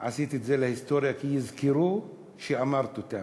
עשית את זה להיסטוריה, כי יזכרו שאמרת אותן,